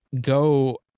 go